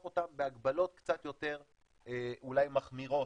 אותם בהגבלות קצת יותר אולי מחמירות.